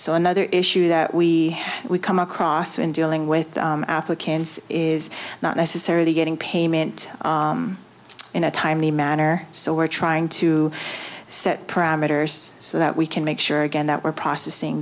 so another issue that we would come across in dealing with applicants is not necessarily getting payment in a timely manner so we're trying to set parameters so that we can make sure again that we're processing